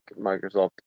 Microsoft